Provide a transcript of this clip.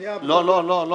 --- לא, לא.